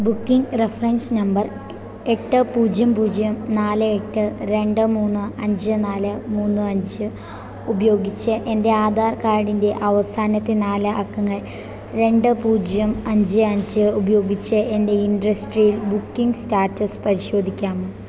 booking reference number എട്ട് പൂജ്യം പൂജ്യം നാല് എട്ട് രണ്ട് മൂന്ന് അഞ്ച് നാല് മൂന്ന് അഞ്ച് ഉപയോഗിച്ച് എൻ്റെ ആധാർ കാഡിൻ്റെ അവസാനത്തെ നാല് അക്കങ്ങൾ രണ്ട് പൂജ്യം അഞ്ച് അഞ്ച് ഉപയോഗിച്ച് എൻ്റെ ഇൻഡസ്ട്രിയൽ ബുക്കിംഗ് സ്റ്റാറ്റസ് പരിശോധിക്കാമോ